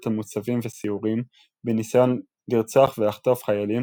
על מוצבים וסיורים בניסיון לרצוח ולחטוף חיילים,